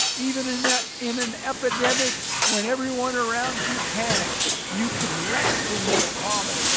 even in that in an epidemic when everyone around you panics you can rest in this promise.